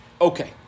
Okay